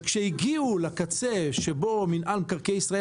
וכשהגיעו לקצה שבו מינהל מקרקעי ישראל